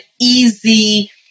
easy